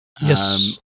Yes